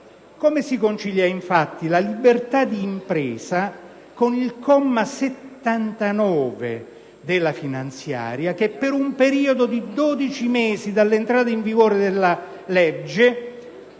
Come si concilia infatti la libertà d'impresa con il comma 79 dell'articolo 2 della finanziaria che per un periodo di dodici mesi dall'entrata in vigore della legge